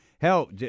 Hell